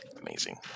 amazing